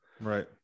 Right